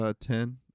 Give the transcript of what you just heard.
ten